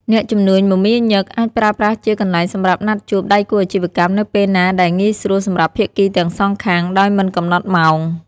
អ្នកជំនួញមមាញឹក អាចប្រើប្រាស់ជាកន្លែងសម្រាប់ណាត់ជួបដៃគូអាជីវកម្មនៅពេលណាដែលងាយស្រួលសម្រាប់ភាគីទាំងសងខាង ដោយមិនកំណត់ម៉ោង។